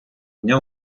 дня